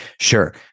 Sure